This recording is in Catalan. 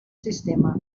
sistema